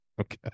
Okay